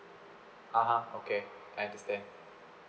(uh huh) okay I understand